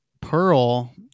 Pearl